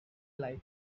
like